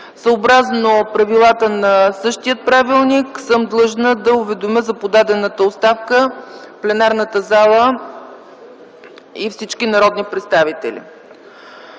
Съобразно правилата на същия правилник съм длъжна да уведомя за подадената оставка пленарната зала и всички народни представители.